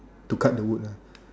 to cut the wood ah